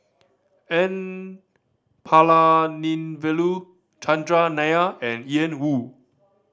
N Palanivelu Chandran Nair and Ian Woo